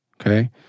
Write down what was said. okay